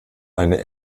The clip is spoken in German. eine